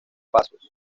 pasos